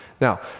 Now